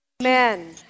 Amen